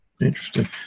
Interesting